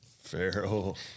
Farrell